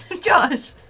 Josh